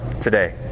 today